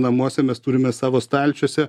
namuose mes turime savo stalčiuose